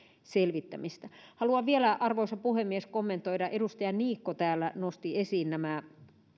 selvittämistä haluan vielä arvoisa puhemies kommentoida edustaja niikko täällä nosti esiin nämä